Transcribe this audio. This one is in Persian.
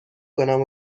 کنم